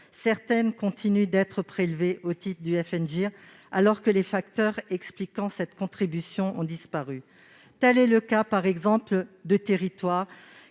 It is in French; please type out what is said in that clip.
certaines continuent d'être prélevées au titre du FNGIR, alors que les facteurs expliquant cette contribution ont disparu. Tel est le cas, par exemple, de territoires